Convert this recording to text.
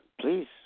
please